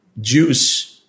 juice